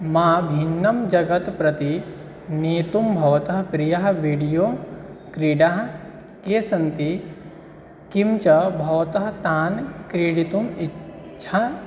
मां भिन्नं जगन्तं प्रति नेतुं भवतः प्रियाः विडियो क्रीडाः के सन्ति किं च भवतः तान् क्रीडितुम् इच्छाम्